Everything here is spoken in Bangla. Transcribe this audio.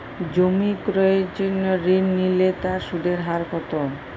জমি ক্রয়ের জন্য ঋণ নিলে তার সুদের হার কতো?